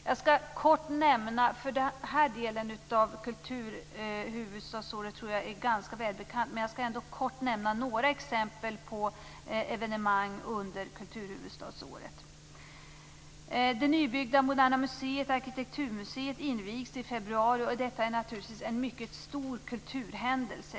Jag tror att den här delen av kulturhuvudstadsåret är ganska välbekant, men jag skall ändå kort nämna några exempel på evenemang under kulturhuvudstadsåret. Det nybyggda Moderna Museet Arkitekturmuseet invigs i februari, och det är naturligtvis en mycket stor kulturhändelse.